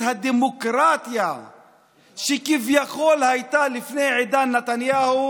הדמוקרטיה שכביכול הייתה לפני עידן נתניהו,